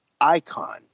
icon